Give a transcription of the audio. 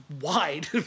wide